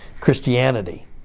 Christianity